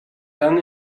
dan